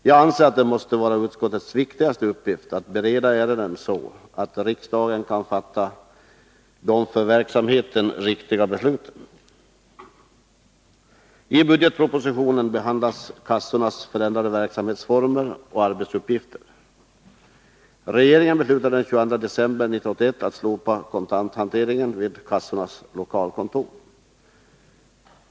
Jag anser att det måste vara utskottets viktigaste uppgift att bereda ärendena så, att riksdagen kan fatta de för verksamheten riktiga besluten. I budgetpropositionen behandlas kassornas förändrade verksamhetsformer och arbetsuppgifter. Regeringen beslutade den 22 december 1981 att slopa kontanthanteringen vid kassornas lokalkontor.